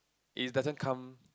it doesn't come